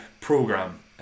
program